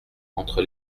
entre